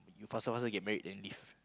you faster faster get married then give